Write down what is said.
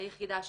היחידה שלה.